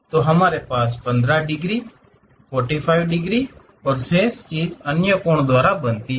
तो हमारे पास 15 डिग्री 45 डिग्री और शेष चीज अन्य कोण द्वारा बनाती है